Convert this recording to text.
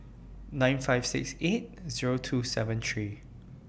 nine five six eight Zero two seven three